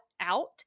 out